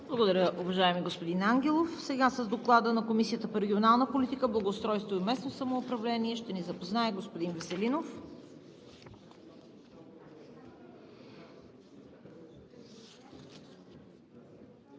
Благодаря, уважаеми господин Ангелов. С Доклада на Комисията по регионална политика, благоустройство и местно самоуправление ще ни запознае господин Веселинов.